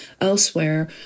elsewhere